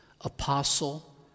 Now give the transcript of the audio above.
apostle